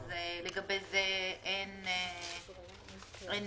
אז לגבי זה אין ויכוח.